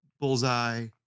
Bullseye